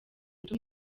undi